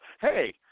hey